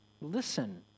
Listen